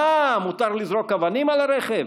אה, מותר לזרוק אבנים על הרכב,